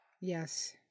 yes